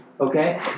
Okay